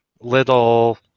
little